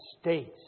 States